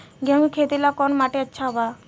गेहूं के खेती ला कौन माटी अच्छा बा?